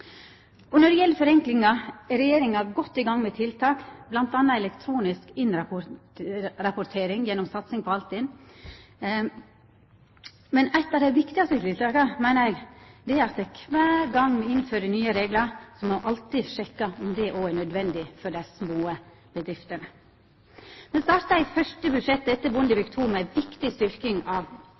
Når det gjeld forenkling, er regjeringa godt i gang med tiltak, m.a. elektronisk innrapportering gjennom satsing på Altinn. Men eit av dei viktigaste tiltaka, meiner eg, er at kvar gong me innfører nye reglar, må me alltid sjekka om dette er naudsynt òg for dei små bedriftene. Me starta i det første budsjettet rett etter Bondevik II med ei viktig styrking av